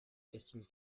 casting